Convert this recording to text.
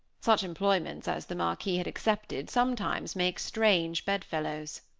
such employments as the marquis had accepted sometimes make strange bed-fellows.